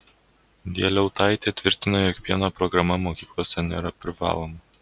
dieliautaitė tvirtino jog pieno programa mokyklose nėra privaloma